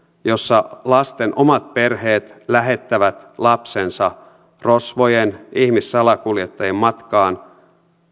jossa lasten omat perheet lähettävät lapsensa rosvojen ihmissalakuljettajien matkaan